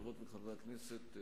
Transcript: חברות וחברי הכנסת,